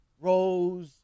Rose